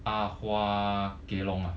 ah hua kelong ah